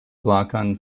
blankan